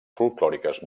folklòriques